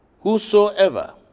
Whosoever